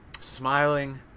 smiling